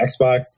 Xbox